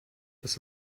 das